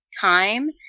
time